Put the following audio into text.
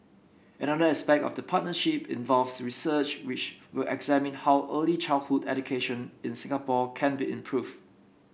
another aspect of the partnership involves research which will examine how early childhood education in Singapore can be improved